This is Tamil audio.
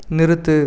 நிறுத்து